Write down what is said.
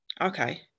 okay